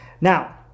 Now